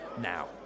Now